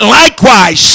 likewise